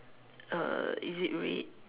uh is it red